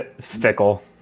fickle